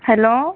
hello